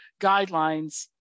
guidelines